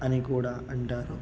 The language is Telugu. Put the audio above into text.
అని కూడా అంటారు